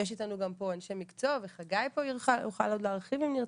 יש איתנו פה גם אנשי מקצוע וחגי פה יוכל עוד להרחיב אם ירצה,